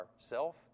ourself